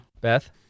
Beth